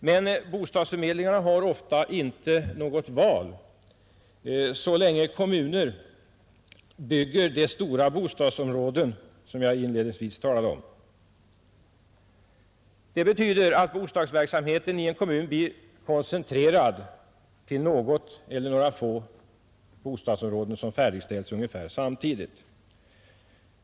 Men bostadsförmedlingarna har ofta inte något val så länge kommuner bygger sådana stora bostadsområden som jag inledningsvis talade om. Det betyder att bostadsverksamheten i en kommun blir koncentrerad till något eller några få bostadsområden som färdigställs ungefär samtidigt.